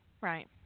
right